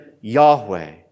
Yahweh